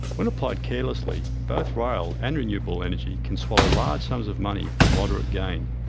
when applied carelessly, both rail and renewable energy can swallow large sums of money for moderate gain.